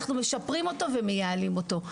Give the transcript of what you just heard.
אנחנו משפרים אותו ומייעלים אותו.